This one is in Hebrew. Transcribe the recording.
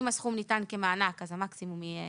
אם הסכום ניתן כמענק אז המקסימום יהיה